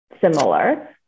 similar